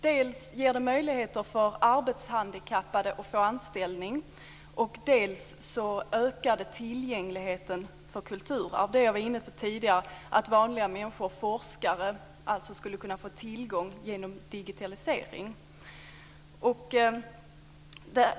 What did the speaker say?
Dels ger det möjligheter för arbetshandikappade att få anställning, dels ökar det tillgängligheten när det gäller kulturarvet. Jag var inne på tidigare att vanliga människor och forskare skulle kunna få tillgång genom digitalisering.